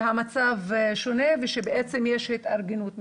שהמצב שונה וכי בעצם יש התארגנות.